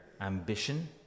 ambition